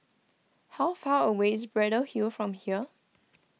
how far away is Braddell Hill from here